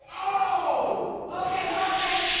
ow! okay, okay!